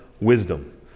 wisdom